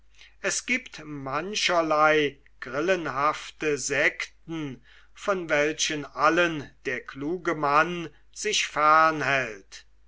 es giebt mancherlei grillenhafte sekten von welchen allen der kluge mann sich fern hält